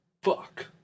Fuck